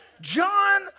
John